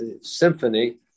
symphony